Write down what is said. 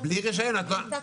בלי רישיון את כבר, גם